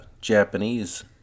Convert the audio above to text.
Japanese